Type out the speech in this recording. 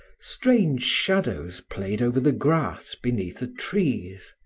strange shadows played over the grass beneath the trees